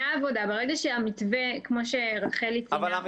כמו שרחלי אמרה,